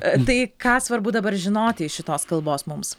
tai ką svarbu dabar žinoti iš šitos kalbos mums